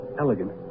elegant